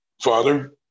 father